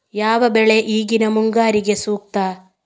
ಯಾವ ಬೆಳೆ ಈಗಿನ ಮುಂಗಾರಿಗೆ ಸೂಕ್ತ?